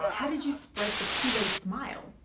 ah how did you spread the koolaid smile?